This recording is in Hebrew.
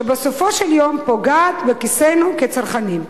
ובסופו של יום פוגעת בכיסנו כצרכנים.